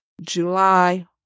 July